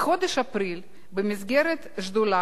בחודש אפריל, במסגרת שדולה